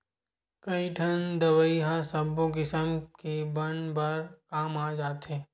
कइठन दवई ह सब्बो किसम के बन बर काम आ जाथे